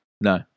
No